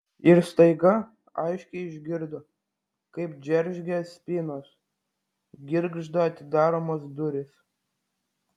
ir staiga aiškiai išgirdo kaip džeržgia spynos girgžda atidaromos durys